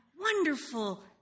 wonderful